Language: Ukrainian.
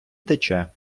тече